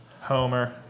Homer